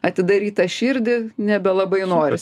atidaryt tą širdį nebelabai noris